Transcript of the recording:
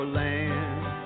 land